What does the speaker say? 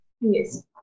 yes